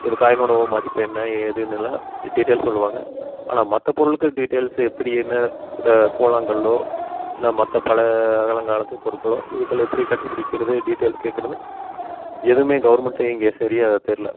இந்த காயினோடய மதிப்பு என்ன ஏதுன்னுலாம் டீட்டெயில்ஸ் சொல்லுவாங்க ஆனால் மற்ற பொருளுக்கு டீட்டெயில்ஸ் எப்படி என்ன இந்த கூழாங்கல்லோ இல்லை மற்ற பழ பழங்காலத்து பொருட்களோ இதுக்கள் எப்படி கண்டுபிடிக்கிறது டீட்டெயில்ஸ் கேட்குறதுனு எதுவுமே கவர்மெண்ட்டே இங்கே சரியாக தெரியல